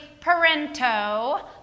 Parento